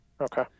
Okay